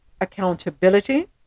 accountability